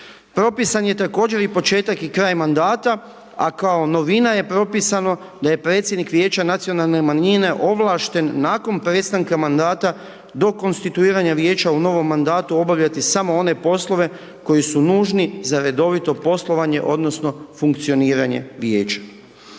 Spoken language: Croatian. Propisan je također i početak i kraj mandata, a kao novina je propisano da je predsjednik vijeća nacionalne manjine ovlašten nakon prestanka mandata do konstituiranja vijeća, u novom mandatu obavljati samo one poslove koji su nužni za redovito poslovanje odnosno funkcioniranje vijeća.